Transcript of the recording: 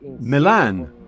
Milan